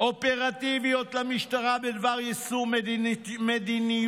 אופרטיביות למשטרה בדבר יישום מדיניותו